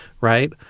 right